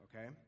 okay